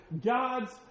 God's